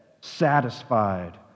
satisfied